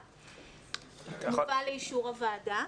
מובא לאישור הוועדה.